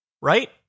right